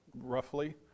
roughly